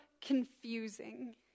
confusing